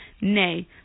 Nay